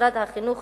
משרד החינוך